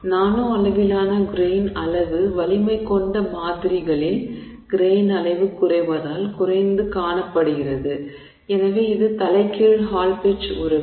நானோ அளவிலான கிரெய்ன் அளவு வலிமை கொண்ட மாதிரிகளில் கிரெய்ன் அளவு குறைவதால் குறைந்து காணப்படுகிறது எனவே இது தலைகீழ் ஹால் பெட்ச் உறவு